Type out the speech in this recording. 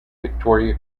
victoria